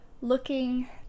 looking